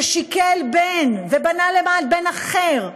ששכל בן, ובנה למען בן אחר,